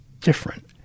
different